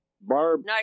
barb